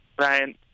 ryan